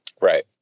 Right